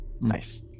nice